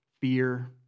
fear